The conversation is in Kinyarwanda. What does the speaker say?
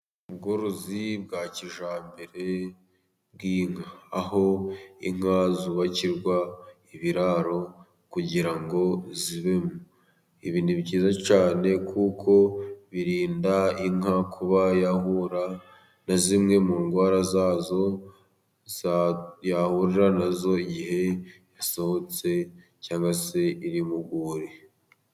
Ubworozi bwa kijyambere bw'inka, aho inka zubakirwa ibiraro kugira ngo zibemo. Ibi ni byiza cyane kuko birinda inka kuba yahura na zimwe mu ndwara zazo yahura nazo igihe yasohotse, cyangwa se iri mu rwuri.